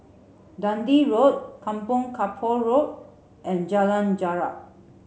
Dundee Road Kampong Kapor Road and Jalan Jarak